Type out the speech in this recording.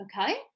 Okay